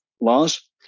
laws